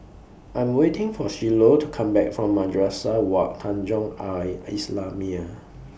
I'm waiting For Shiloh to Come Back from Madrasah Wak Tanjong Al Islamiah